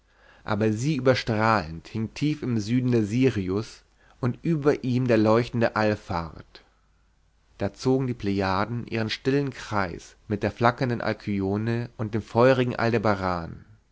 aber sie überstrahlend hing tief im süden der sirius und über ihm der leuchtende alphard da zogen die plejaden ihren stillen kreis mit der flackernden alkyone und dem feurigen aldebaran